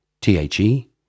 T-H-E